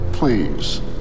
Please